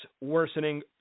worsening